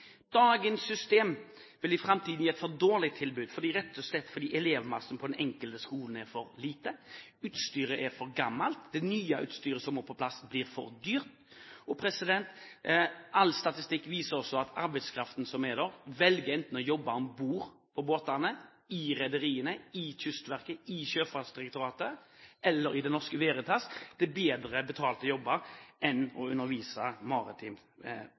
Dagens system vil i framtiden gi et for dårlig tilbud, rett og slett fordi elevmassen på den enkelte skolen er for liten, utstyret er for gammelt, og det nye utstyret som må på plass, blir for dyrt. All statistikk viser også at den arbeidskraften som er der, enten velger å jobbe om bord på båtene, i rederiene, i Kystverket, i Sjøfartsdirektoratet eller i Det Norske Veritas. Det er bedre betalte jobber enn å undervise